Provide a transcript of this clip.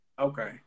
Okay